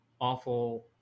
awful